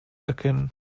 erkennen